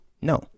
No